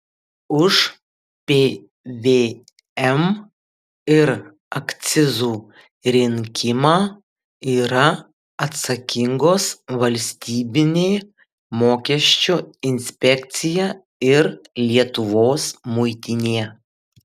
už pvm ir akcizų rinkimą yra atsakingos valstybinė mokesčių inspekcija ir lietuvos muitinė